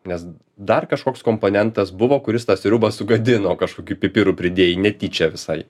nes dar kažkoks komponentas buvo kuris tą sriubą sugadino kažkokių pipirų pridėjai netyčia visai